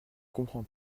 comprends